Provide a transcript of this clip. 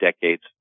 decades